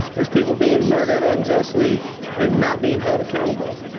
there's people being murdered unjustly and not bein' held accountable.